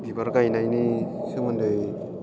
बिबार गायनायनि सोमोन्दै